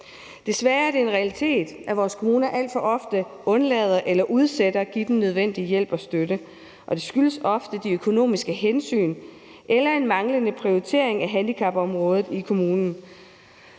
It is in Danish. Desværre er det en realitet, at vores kommuner alt for ofte undlader eller udsætter at give den nødvendige hjælp og støtte. Det skyldes ofte de økonomiske hensyn eller en manglende prioritering af handicapområdet i kommunen.